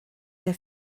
der